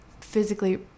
physically